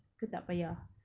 ke tak payah